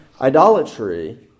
Idolatry